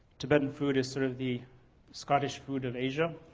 tibetan food is sort of the scottish food of asia.